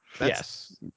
Yes